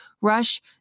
rush